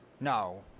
No